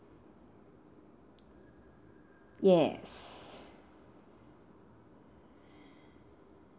yes